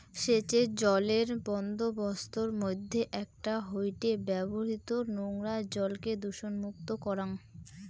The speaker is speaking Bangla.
সেচের জলের বন্দোবস্তর মইধ্যে একটা হয়ঠে ব্যবহৃত নোংরা জলকে দূষণমুক্ত করাং